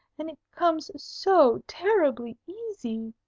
and it comes so terribly easy.